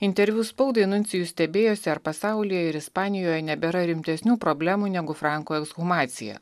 interviu spaudai nuncijus stebėjosi ar pasaulyje ir ispanijoje nebėra rimtesnių problemų negu frankų ekshumacija